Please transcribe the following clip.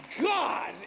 God